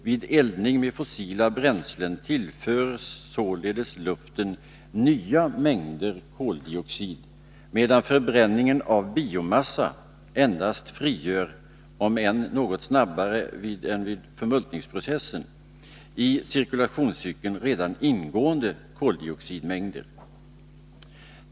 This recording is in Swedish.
Vid eldning med fossila bränslen tillförs således luften nya mängder koldioxid, medan förbränningen av biomassa endast frigör, om än snabbare än vid förmultningsprocessen, i cirkulationscykeln redan ingående koldioxidmängder.